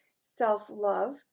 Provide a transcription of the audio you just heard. self-love